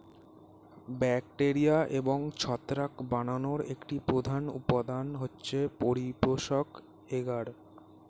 bacteria এবং ছত্রাক বানানোর একটি প্রধান উপাদান হচ্ছে পরিপোষক এগার